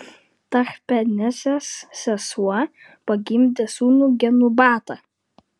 tachpenesės sesuo pagimdė sūnų genubatą